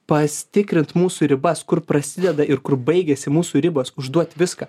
pasitikrint mūsų ribas kur prasideda ir kur baigiasi mūsų ribos užduot viską